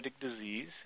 disease